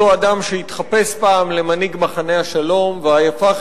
אותו אדם שהתחפש פעם למנהיג מחנה השלום, אפשר